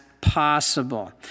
possible